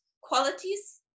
qualities